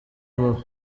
wowe